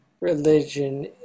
religion